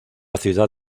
ciudad